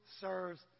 serves